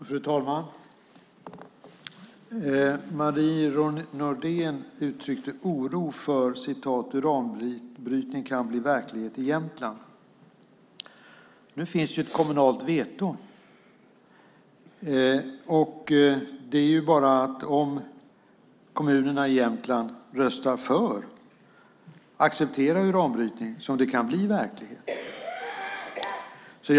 Fru talman! Marie Nordén uttryckte oro för att uranbrytning kan bli verklighet i Jämtland. Nu finns ju ett kommunalt veto. Det är bara om kommunerna i Jämtland röstar för och accepterar uranbrytning som det kan bli verklighet.